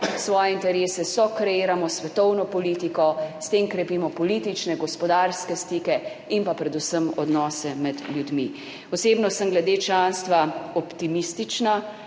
svoje interese, sokreiramo svetovno politiko, s tem krepimo politične, gospodarske stike in pa predvsem odnose med ljudmi. Osebno sem glede članstva optimistična,